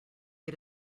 get